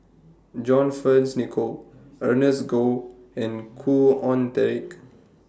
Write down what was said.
John Fearns Nicoll Ernest Goh and Khoo Oon Teik